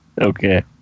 Okay